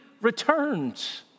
returns